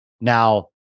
Now